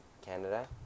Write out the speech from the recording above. Canada